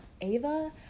Ava